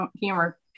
humor